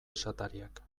esatariak